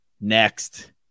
Next